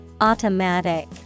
Automatic